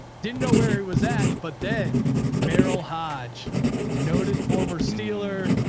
didn't know where it was at. but then merrill hodge noted former steeler,